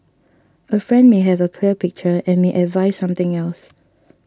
a friend may have a clear picture and may advise something else